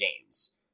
games